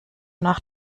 nach